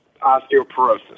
osteoporosis